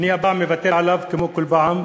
אני הפעם מוותר עליו, כמו כל פעם.